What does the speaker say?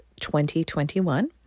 2021